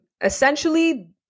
essentially